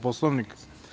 Poslovnika?